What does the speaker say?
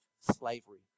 slavery